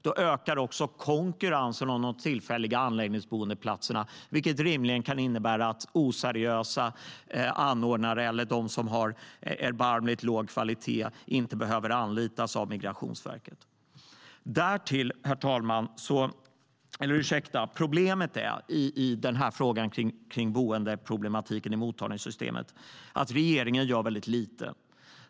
Då ökar också konkurrensen om de tillfälliga anläggningsboendeplatserna, vilket rimligen innebär att oseriösa anordnare eller de som har erbarmligt låg kvalitet inte behöver anlitas av Migrationsverket. Problemet med boende i mottagningssystemet är att regeringen gör väldigt lite.